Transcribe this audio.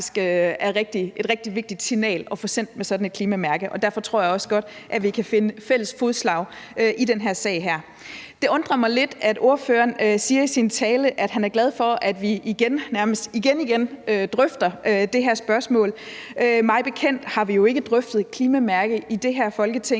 et rigtig vigtigt signal at få sendt med sådan et klimamærke, og derfor tror jeg også godt, at vi kan finde fælles fodslag i den her sag. Det undrer mig lidt, at ordføreren siger i sin tale, at han er glad for, at vi igen – nærmest igen igen – drøfter det her spørgsmål. Mig bekendt har vi ikke drøftet et klimamærke i det her Folketing